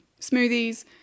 smoothies